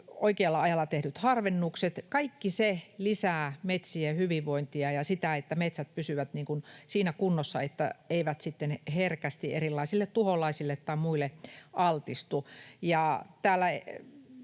oikealla ajalla tehdyt harvennukset. Kaikki se lisää metsien hyvinvointia ja sitä, että metsät pysyvät siinä kunnossa, että eivät sitten herkästi erilaisille tuholaisille tai muille altistu.